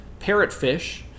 parrotfish